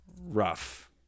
rough